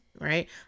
right